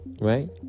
right